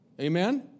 Amen